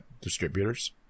distributors